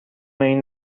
این